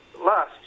last